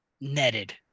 netted